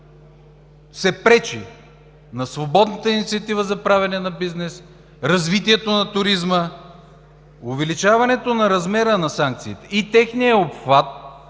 се пречи на свободната инициатива за правене на бизнес, развитието на туризма? Увеличаването на размера на санкциите и техния обхват,